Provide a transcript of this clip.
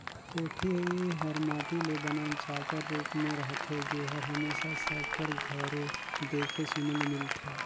कोठी हर माटी ले बनल चाकर रूप मे रहथे जेहर हमेसा सब कर घरे देखे सुने ले मिलथे